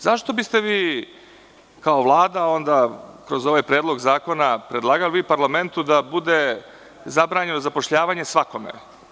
Zašto biste vi kao Vlada kroz Predlog zakona predlagali parlamentu da bude zabranjeno zapošljavanje svakome?